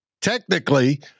Technically